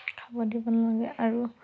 খাব দিব নালাগে আৰু